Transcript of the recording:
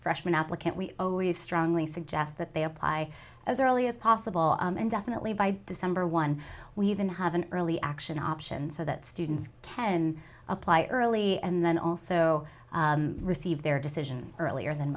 freshman applicant we always strongly suggest that they apply as early as possible and definitely by december one we even have an early action option so that students can apply early and then also receive their decision earlier than